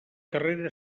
carrera